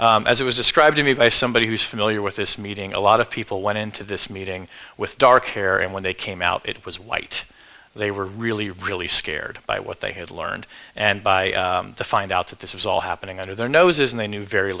as it was described to me by somebody who's familiar with this meeting a lot of people went into this meeting with dark hair and when they came out it was white they were really really scared by what they had learned and by the find out that this was all happening under their noses and they knew very